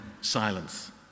silence